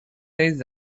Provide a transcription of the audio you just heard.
ایدز